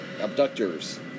abductors